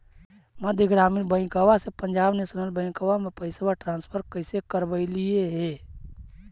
मध्य ग्रामीण बैंकवा से पंजाब नेशनल बैंकवा मे पैसवा ट्रांसफर कैसे करवैलीऐ हे?